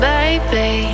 Baby